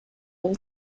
all